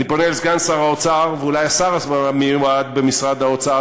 אני פונה אל סגן שר האוצר ואולי השר המיועד במשרד האוצר,